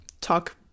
talk-